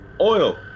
Oil